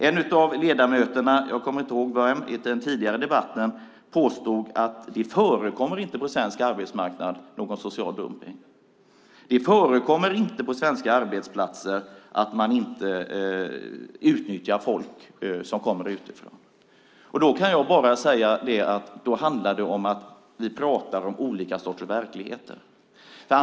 En av ledamöterna - jag kommer inte ihåg vem - i den tidigare debatten påstod att det inte förekommer någon social dumpning på svensk arbetsmarknad och att det inte förekommer på svenska arbetsplatser att man utnyttjar folk som kommer utifrån. Då kan jag bara säga att det handlar om att vi pratar om olika verkligheter.